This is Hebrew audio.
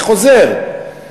אני חוזר: